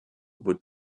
would